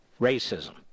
racism